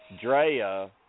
Drea